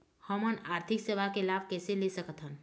हमन आरथिक सेवा के लाभ कैसे ले सकथन?